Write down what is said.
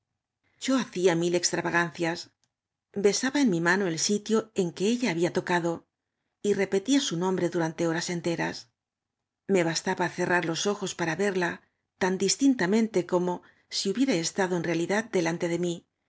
yo hacía mil extravagancias besaba en mi mano el sitio en que ella había tocadü y repeua su nombro durante horas eu teras me bastaba cerrar los ojos para verla tan distintamente como di hubiera estado en realidad delante de m